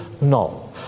No